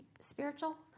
spiritual